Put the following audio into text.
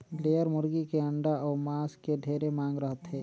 layer मुरगी के अंडा अउ मांस के ढेरे मांग रहथे